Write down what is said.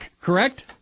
correct